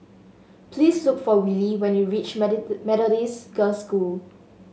please look for Willie when you reach Methodist Girls' School